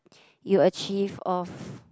you achieve of